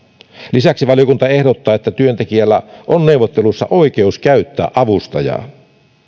lisäksi valiokunta ehdottaa että työntekijällä on neuvottelussa oikeus käyttää avustajaa